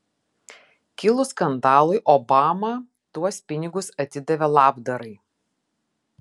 kilus skandalui obama tuos pinigus atidavė labdarai